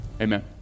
Amen